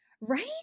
Right